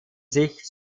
sich